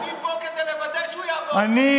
הוא יעבור, החוק יעבור.